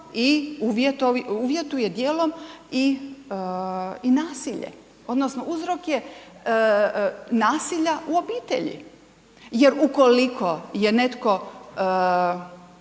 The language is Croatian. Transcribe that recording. i uvjetuje dijelom i nasilje odnosno uzrok je nasilja u obitelji. Jer ukoliko je netko